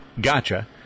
gotcha